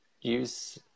use